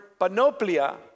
panoplia